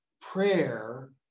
prayer